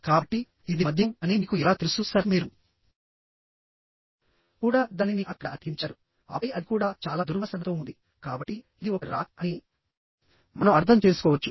కాబట్టి ఇది మద్యం అని మీకు ఎలా తెలుసుసర్ మీరు కూడా దానిని అక్కడ అతికించారు ఆపై అది కూడా చాలా దుర్వాసనతో ఉంది కాబట్టి ఇది ఒక రాక్ అని మనం అర్థం చేసుకోవచ్చు